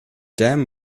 dam